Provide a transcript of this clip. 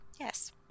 Yes